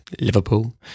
Liverpool